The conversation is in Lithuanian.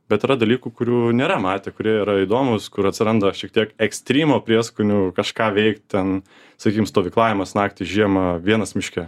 bet yra dalykų kurių nėra matę kurie yra įdomūs kur atsiranda šiek tiek ekstrymo prieskonių kažką veikt ten sakykim stovyklavimas naktį žiemą vienas miške